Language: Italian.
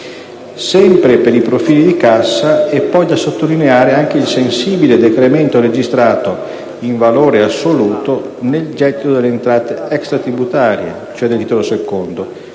Sempre per i profili di cassa, è poi da sottolineare anche il sensibile decremento registrato, in valore assoluto, nel gettito delle entrate extratributarie (titolo II)